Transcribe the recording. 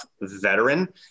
veteran